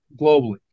globally